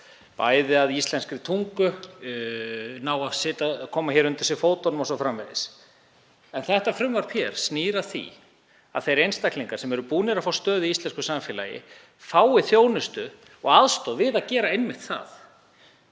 læra íslenska tungu, ná að koma undir sig fótunum o.s.frv. En þetta frumvarp snýr að því að þeir einstaklingar sem eru búnir að fá stöðu í íslensku samfélagi fái þjónustu og aðstoð við að gera einmitt það,